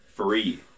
free